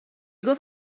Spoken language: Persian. گفت